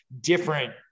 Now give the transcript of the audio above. different